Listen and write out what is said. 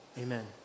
Amen